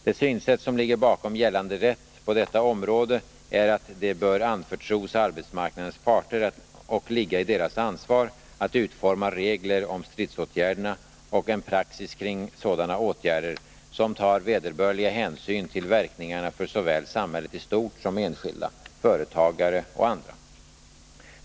Det synsätt som ligger bakom gällande rätt på detta område är att det bör anförtros arbetsmarknadens parter, och ligga i deras ansvar, att utforma regler om stridsåtgärderna och en praxis kring sådana åtgärder som tar vederbörliga hänsyn till verkningarna för såväl samhället i stort som enskilda, företagare och andra.